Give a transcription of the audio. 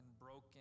broken